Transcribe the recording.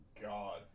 God